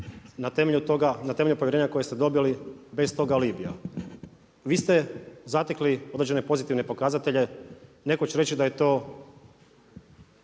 na temelju povjerenja koje ste dobili bez tog alibija? Vi ste zatekli određene pozitivne pokazatelje, neko će reći da je to